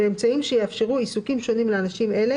ואמצעים שיאפשרו עיסוקים שונים לאנשים אלה,